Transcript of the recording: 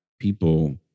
people